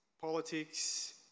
politics